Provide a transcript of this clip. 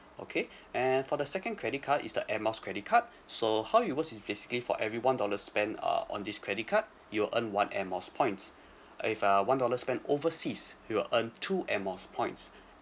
okay and for the second credit card is the air miles credit card so how it works is basically for every one dollar spend uh on this credit card you'll earn one air miles points uh if uh one dollar spend overseas you'll earn two air miles points